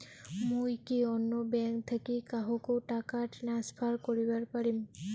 মুই কি অন্য ব্যাঙ্ক থাকি কাহকো টাকা ট্রান্সফার করিবার পারিম?